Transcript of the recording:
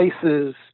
places